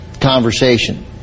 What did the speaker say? conversation